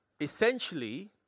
essentially